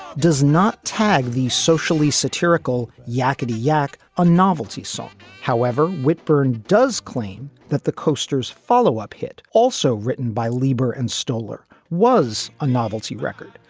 does not tag these socially satirical yackety yack a novelty song however, whitburn does claim that the coasters follow up, hit also written by leiber and stoller, was a novelty record.